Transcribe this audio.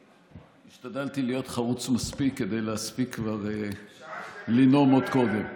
השתדלתי להיות חרוץ מספיק כדי להספיק כבר לנאום עוד קודם.